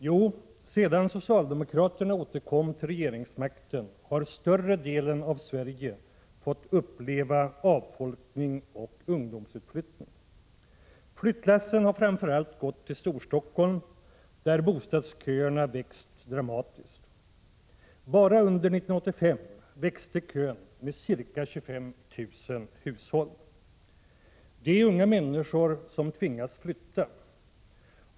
Jo, sedan socialdemokraterna återkom till regeringsmakten har större delen av Sverige fått uppleva avfolkning och ungdomsutflyttning. Flyttlassen har framför allt gått till Storstockholm, där bostadsköerna växt dramatiskt. Bara under 1985 växte kön med ca 25 000 hushåll. Det är unga människor som tvingas flytta.